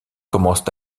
commencent